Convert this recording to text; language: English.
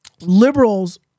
liberals